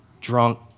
drunk